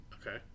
Okay